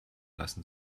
lassen